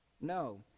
No